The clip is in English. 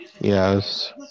Yes